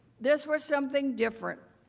this was something different.